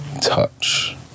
touch